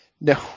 No